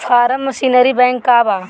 Form machinery bank का बा?